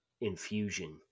infusion